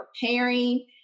preparing